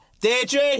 Deirdre